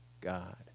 God